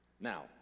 Now